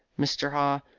mr. haw,